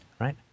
right